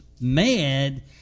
mad